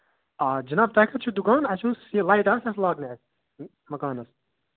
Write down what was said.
آ جِناب تۄہہِ کَتہِ چھُو دُکان اَسہِ اوس یہِ لایٹہٕ آسہٕ اسہِ لاگنہِ اَسہِ یہِ مکانس